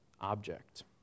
object